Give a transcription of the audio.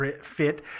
fit